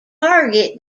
target